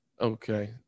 Okay